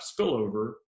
spillover